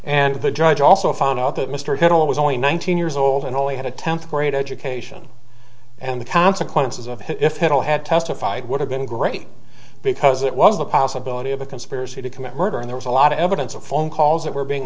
and the judge also found out that mr hill was only nineteen years old and only had a tenth grade education and the consequences of him if it all had testified would have been great because it was the possibility of a conspiracy to commit murder and there was a lot of evidence of phone calls that were being